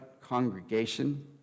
congregation